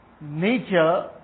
nature